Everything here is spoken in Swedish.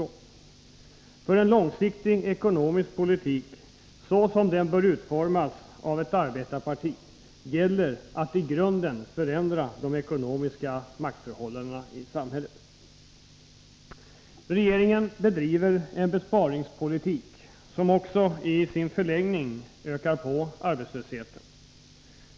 Målsättningen för en långsiktig ekonomisk politik, såsom den bör utformas av ett arbetarparti, måste vara att i grunden förändra de ekonomiska maktförhållandena i samhället. Regeringen bedriver en besparingspolitik som också i sin förlängning ökar på arbetslösheten.